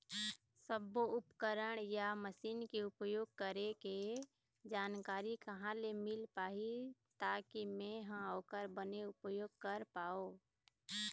सब्बो उपकरण या मशीन के उपयोग करें के जानकारी कहा ले मील पाही ताकि मे हा ओकर बने उपयोग कर पाओ?